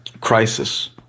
crisis